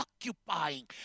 occupying